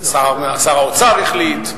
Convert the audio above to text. שר האוצר החליט,